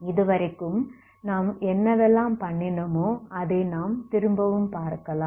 இதுவரைக்கும் நாம் என்னவெல்லாம் பண்ணினமோ அதை நாம் திரும்பவும் பார்க்கலாம்